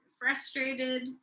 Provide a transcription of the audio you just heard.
frustrated